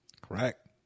Correct